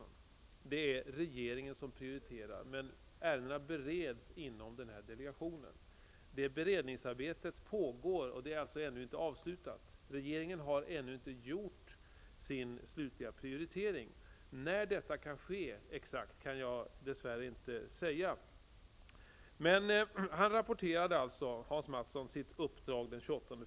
Det är regeringen som prioriterar men ärendena bereds inom delegationen. Beredningsarbetet pågår, och regeringen har ännu inte gjort sin slutgiltiga prioritering. Exakt när detta kan ske kan jag dess värre inte säga.